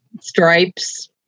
stripes